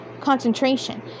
concentration